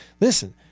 Listen